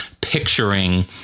picturing